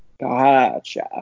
gotcha